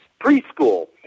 preschool